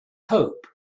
hope